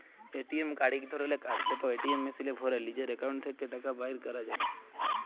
ATM card ইক ধরলের card যেট এটিএম মেশিলে ভ্যরে লিজের একাউল্ট থ্যাকে টাকা বাইর ক্যরা যায়